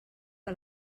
que